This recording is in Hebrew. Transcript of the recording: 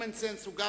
common sense הוא אחד